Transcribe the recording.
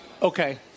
Okay